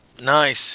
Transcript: Nice